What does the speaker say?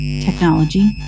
technology